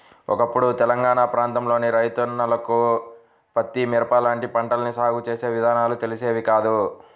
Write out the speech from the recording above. ఒకప్పుడు తెలంగాణా ప్రాంతంలోని రైతన్నలకు పత్తి, మిరప లాంటి పంటల్ని సాగు చేసే విధానాలు తెలిసేవి కాదు